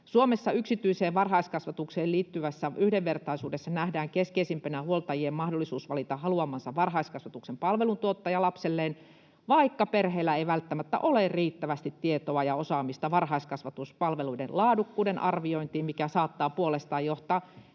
”Suomessa yksityiseen varhaiskasvatukseen liittyvässä yhdenvertaisuudessa nähdään keskeisimpänä huoltajien mahdollisuus valita haluamansa varhaiskasvatuksen palveluntuottaja lapselleen, vaikka perheellä ei välttämättä ole riittävästi tietoa ja osaamista varhaiskasvatuspalveluiden laadukkuuden arviointiin, mikä saattaa puolestaan johtaa